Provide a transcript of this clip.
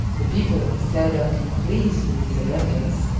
the people, instead of being pleased with this abundance,